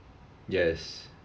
yes